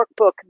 workbook